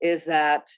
is that